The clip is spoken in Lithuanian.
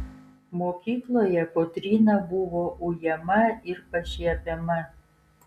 mokykloje kotryna buvo ujama ir pašiepiama